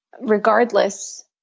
regardless